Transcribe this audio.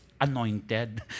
anointed